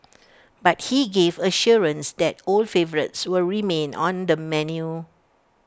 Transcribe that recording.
but he gave assurance that old favourites will remain on the menu